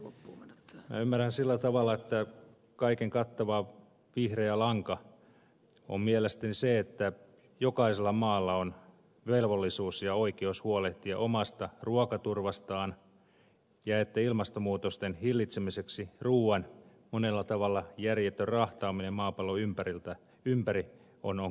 minä ymmärrän sillä tavalla että kaiken kattava vihreä lanka on mielestäni se että jokaisella maalla on velvollisuus ja oikeus huolehtia omasta ruokaturvastaan ja että ilmastonmuutosten hillitsemiseksi ruuan monella tavalla järjetön rahtaaminen maapallon ympäri on kohtuutonta